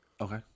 Okay